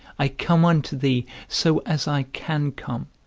i come unto thee, so as i can come,